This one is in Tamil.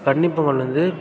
கன்னிப்பொங்கல் வந்து